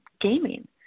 gaming